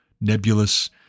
nebulous